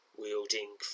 wielding